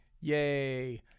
Yay